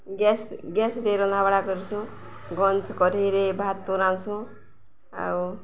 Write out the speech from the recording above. gas ଗ୍ୟାସରେ ରନ୍ଧାବଢ଼ା କରସୁଁ ଗଞ୍ଜ କଢ଼ଇରେ ଭାତ ରାନସୁଁ ଆଉ